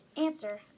Answer